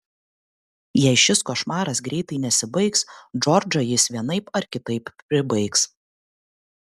jei šis košmaras greitai nesibaigs džordžą jis vienaip ar kitaip pribaigs